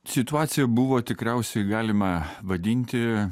situacija buvo tikriausiai galima vadinti